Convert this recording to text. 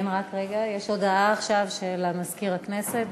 יש הודעה של סגן מזכירת הכנסת.